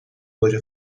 گوجه